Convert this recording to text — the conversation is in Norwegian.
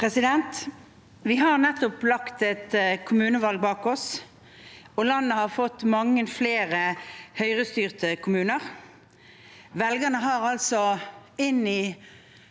Vi har nettopp lagt et kommunevalg bak oss, og landet har fått mange flere Høyre-styrte kommuner. Velgerne har altså etter